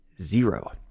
Zero